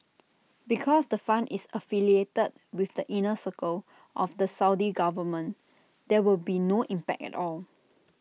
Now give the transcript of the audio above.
because the fund is affiliated with the inner circle of the Saudi government there will be no impact at all